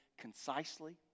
concisely